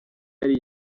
yari